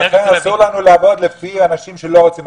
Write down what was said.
לכן אסור לנו לעבוד לפי אנשים שלא רוצים.